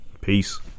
Peace